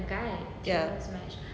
ya